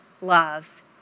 love